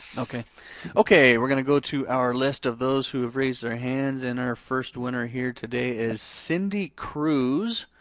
okay okay we're gonna go to our list of those who have raised their hands and our first winner here today is cindy cruse.